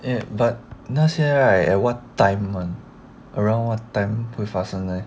it but 那些 right at what time [one] around what time will 发生嘞